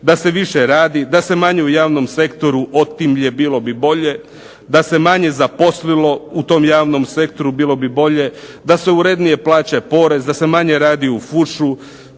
da se više radi, da se manje u javnom sektoru otimlje bilo bi bolje, da se malo zaposlilo u tom javnom sektoru bilo bi bolje, da se urednije plaća porez, da se manje radi u fušu,